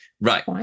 Right